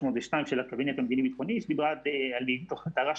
302 של הקבינט המדיני-ביטחוני שדיברה על תר"ש